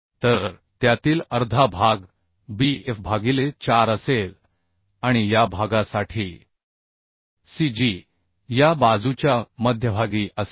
तर त्यातील अर्धा भाग b f भागिले 4 असेल आणि या भागासाठी c g या बाजूच्या मध्यभागी असेल